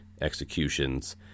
executions